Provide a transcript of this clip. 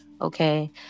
okay